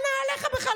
של נעליך בכלל.